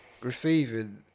receiving